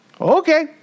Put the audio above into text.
Okay